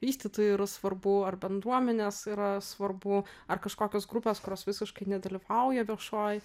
vystytojui yra svarbu ar bendruomenės yra svarbu ar kažkokios grupės kurios visiškai nedalyvauja viešoj